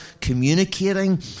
communicating